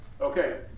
Okay